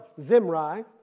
Zimri